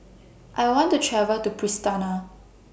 I want to travel to Pristina